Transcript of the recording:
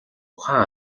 ухаан